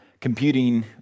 computing